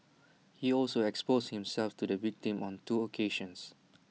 he also exposed himself to the victim on two occasions